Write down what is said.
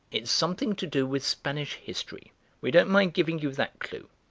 it's something to do with spanish history we don't mind giving you that clue,